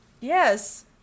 Yes